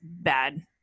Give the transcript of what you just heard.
bad